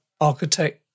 architect